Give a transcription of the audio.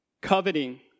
Coveting